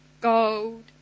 gold